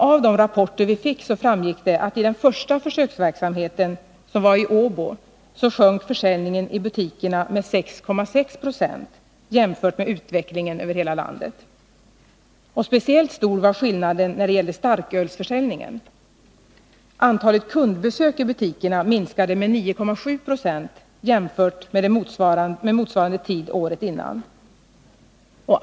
Av de rapporter vi fick framgick det att vid den första försöksverksamheten, i Åbo, sjönk försäljningen i butikerna med 6,6 20 jämfört med utvecklingen över hela landet. Speciellt stor var skillnaden när det gällde starkölsförsäljningen. Antalet kundbesök i butikerna minskade med 9,7 70 jämfört med motsvarande tid året innan.